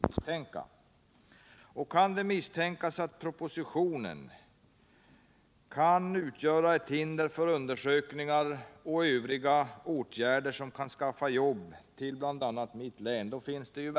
Om det kan misstänkas att ett bifall till propositionen kan komma att utgöra ett hinder för undersökningar och övriga åtgärder som kan skaffa jobb till bl.a. mitt län, då finns det